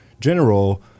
General